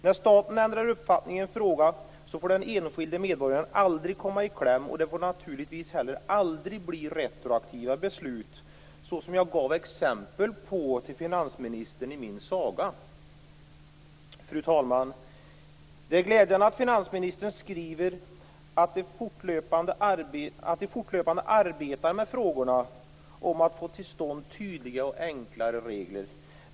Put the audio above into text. När staten ändrar uppfattning i en fråga får den enskilde medborgaren aldrig komma i kläm, och det får naturligtvis heller aldrig bli retroaktiva beslut, så som jag gav exempel på till finansministern i min saga. Fru talman! Det är glädjande att finansministern skriver att man fortlöpande arbetar med frågorna om att få till stånd tydliga och enklare regler.